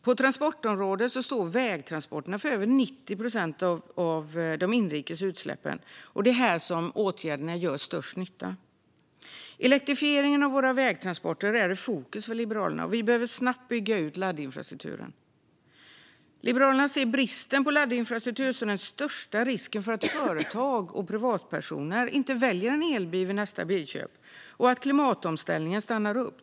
På transportområdet står vägtransporterna för över 90 procent av de inrikes utsläppen, och det är här som åtgärderna gör störst nytta. Elektrifieringen av våra vägtransporter är i fokus för Liberalerna. Vi behöver snabbt bygga ut laddinfrastrukturen. Liberalerna ser bristen på laddinfrastruktur som den största risken för att företag och privatpersoner inte ska välja en elbil vid nästa bilköp och att klimatomställningen stannar upp.